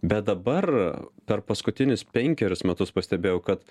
bet dabar per paskutinius penkerius metus pastebėjau kad